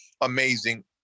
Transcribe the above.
amazing